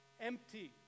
empty